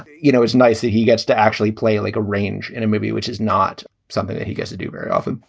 you know, it's nice that he gets to actually play like a range in a movie, which is not something that he gets to do very often